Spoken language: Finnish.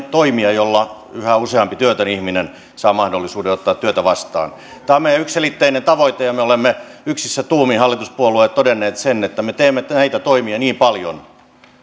toimia joilla yhä useampi työtön ihminen saa mahdollisuuden ottaa työtä vastaan tämä on meidän yksiselitteinen tavoitteemme ja me hallituspuolueet olemme yksissä tuumin todenneet sen että me teemme näitä toimia niin paljon